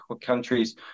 countries